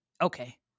Okay